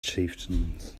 chieftains